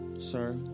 sir